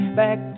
back